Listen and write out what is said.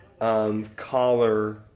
Collar